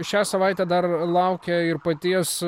šią savaitę dar laukia ir paties